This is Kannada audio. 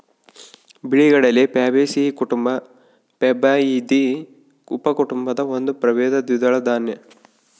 ಬಿಳಿಗಡಲೆ ಪ್ಯಾಬೇಸಿಯೀ ಕುಟುಂಬ ಪ್ಯಾಬಾಯ್ದಿಯಿ ಉಪಕುಟುಂಬದ ಒಂದು ಪ್ರಭೇದ ದ್ವಿದಳ ದಾನ್ಯ